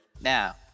Now